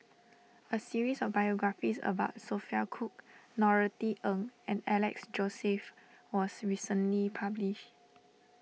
a series of biographies about Sophia Cooke Norothy Ng and Alex Joseph was recently published